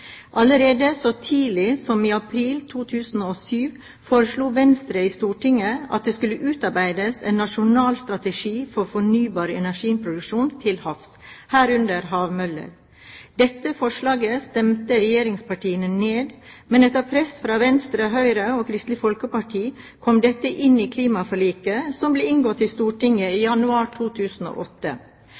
Allerede så tidlig som i april 2007 foreslo Venstre i Stortinget at det skulle utarbeides en nasjonal strategi for fornybar energiproduksjon til havs, herunder havmøller. Dette forslaget stemte regjeringspartiene ned, men etter press fra Venstre, Høyre og Kristelig Folkeparti kom dette inn i klimaforliket som ble inngått i Stortinget i januar 2008.